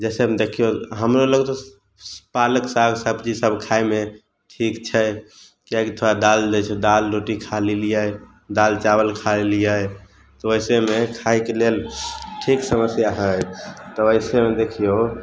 जैइसे हम देखियौ हमरो लग तऽ पालक साग सब्जी सब खाइमे ठीक छै किएकि थोड़ा दालि लै छी दालि रोटी खा लेलियै दालि चावल खा लेलियै तऽ ओहिसे मे खायके लेल ठीक समस्या हइ तऽ एहिसे मे देखियौ